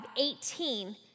18